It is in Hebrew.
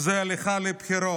זה הליכה אל הבוחר.